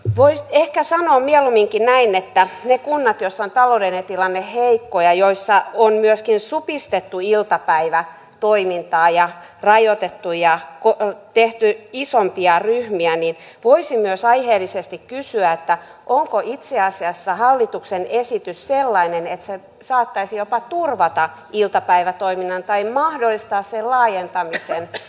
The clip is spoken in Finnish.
voisi ehkä sanoa mieluumminkin näin että niissä kunnissa joissa taloudellinen tilanne on heikko ja joissa on myöskin supistettu iltapäivätoimintaa ja rajoitettu ja tehty isompia ryhmiä voisi myös aiheellisesti kysyä onko itse asiassa hallituksen esitys sellainen että se saattaisi jopa turvata iltapäivätoiminnan tai mahdollistaa sen laajentamisen